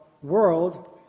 World